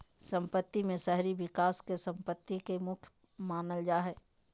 सम्पत्ति में शहरी विकास के सम्पत्ति के मुख्य मानल जा हइ